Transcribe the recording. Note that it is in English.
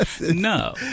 No